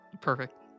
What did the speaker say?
Perfect